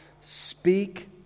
Speak